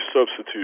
substitute